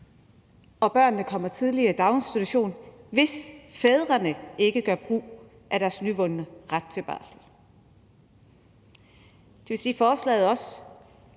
så børnene kommer tidligere i daginstitution, hvis fædrene ikke gør brug af deres nyvundne ret til barsel. Det vil sige, at forslaget altså